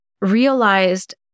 realized